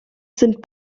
sind